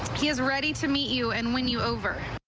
he is ready to meet you and when you over.